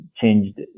changed